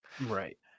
Right